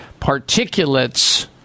particulates